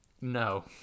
No